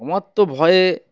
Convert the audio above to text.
অমার তো ভয়ে